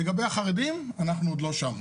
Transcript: לגבי החרדים, אנחנו עוד לא שם.